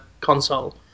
console